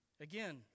Again